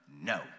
no